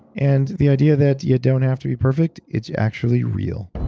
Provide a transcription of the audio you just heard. and the idea that you don't have to be perfect, it's actually real